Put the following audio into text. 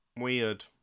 weird